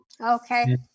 Okay